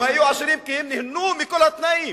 הם היו עשירים כי הם נהנו מכל התנאים.